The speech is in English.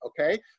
okay